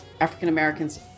African-Americans